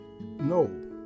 No